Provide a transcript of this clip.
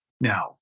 now